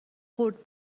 خورد